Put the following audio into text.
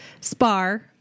spar